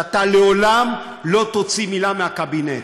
שאתה לעולם לא תוציא מילה מהקבינט.